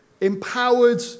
empowered